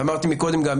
ואמרתי קודם גם,